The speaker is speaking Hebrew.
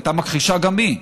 היא הייתה מכחישה גם היא,